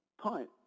punt